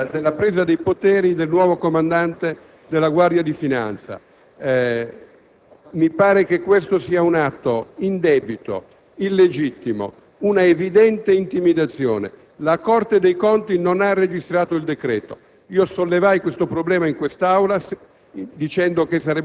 che il Governo intende far svolgere la cerimonia della presa dei poteri del nuovo Comandante generale della Guardia di finanza. Mi pare che questo sia un atto indebito e illegittimo e che costituisca una evidente intimidazione. La Corte dei conti non ha registrato il decreto.